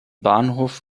bahnhof